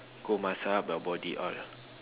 go muscle up your body all